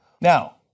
Now